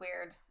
weird